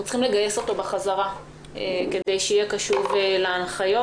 צריכים לגייס אותו בחזרה כדי שיהיה קשוב להנחיות.